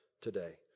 today